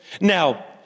Now